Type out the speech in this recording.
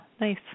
Nice